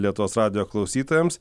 lietuvos radijo klausytojams